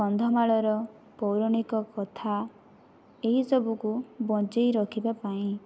କନ୍ଧମାଳର ପୌରାଣିକ କଥା ଏହିସବୁକୁ ବଞ୍ଚାଇ ରଖିବା ପାଇଁ